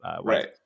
Right